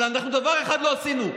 אבל אנחנו דבר אחד לא עשינו,